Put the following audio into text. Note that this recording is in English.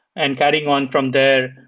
and carrying on from there,